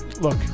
look